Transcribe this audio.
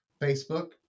Facebook